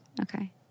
Okay